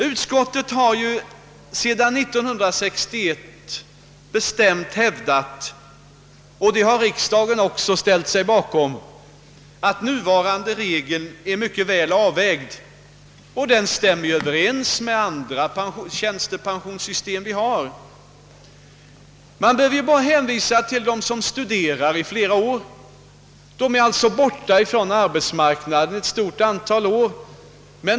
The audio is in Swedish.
Utskottet har sedan 1961 bestämt hävdat — vilket riksdagen också ställt sig bakom — att nuvarande regel är mycket väl avvägd. Den stämmer överens med andra tjänstepensionssystem som vi har. Man behöver bara hänvisa till dem som studerar och är borta från arbetsmarknaden ett stort antal år.